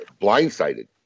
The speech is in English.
blindsided